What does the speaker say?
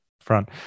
front